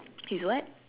he's what